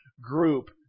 group